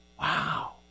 Wow